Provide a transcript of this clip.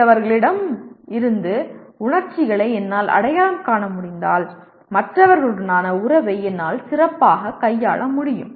மற்றவர்களிடமிருந்து உணர்ச்சிகளை என்னால் அடையாளம் காண முடிந்தால் மற்றவர்களுடனான உறவை என்னால் சிறப்பாக கையாள முடியும்